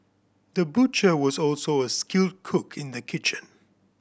the butcher was also a skilled cook in the kitchen